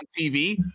TV